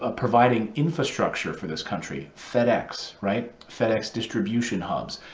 ah providing infrastructure for this country. fedex, right? fedex distribution hubs,